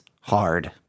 hard